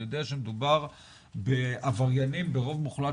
אני יודע שמדובר בעבריינים ברוב מוחלט